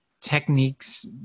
techniques